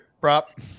Prop